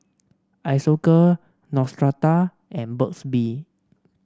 Isocal Neostrata and Burt's Bee